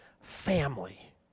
family